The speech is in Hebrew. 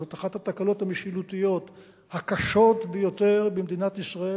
זאת אחת התקלות המשילותיות הקשות ביותר במדינת ישראל.